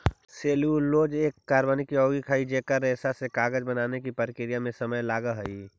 cellulose एक कार्बनिक यौगिक हई जेकर रेशा से कागज बनावे के प्रक्रिया में समय लगऽ हई